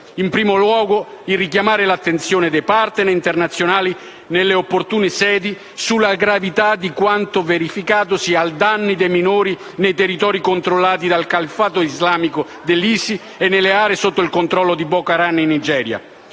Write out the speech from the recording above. In primo luogo, chiediamo di richiamare l'attenzione dei *partner* internazionali, nelle opportune sedi, sulla gravità di quanto verificatosi a danno dei minori nei territori controllati dal califfato islamico dell'ISIS e nelle aree sotto il controllo di Boko Haram in Nigeria,